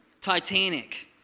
Titanic